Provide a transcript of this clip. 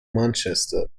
manchester